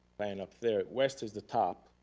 man, up there west is the top.